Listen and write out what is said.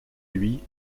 lui